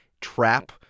trap